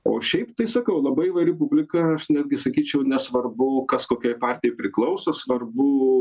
o šiaip tai sakau labai įvairi publika aš netgi sakyčiau nesvarbu kas kokiai partijai priklauso svarbu